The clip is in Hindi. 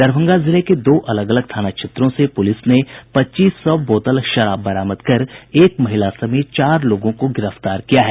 दरभंगा जिले के दो अलग अलग थाना क्षेत्रों से पुलिस ने पच्चीस सौ बोतल विदेशी शराब बरामद कर एक महिला समेत चार लोगों को गिरफ्तार किया है